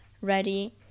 ready